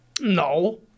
No